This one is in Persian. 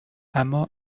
اما